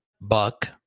buck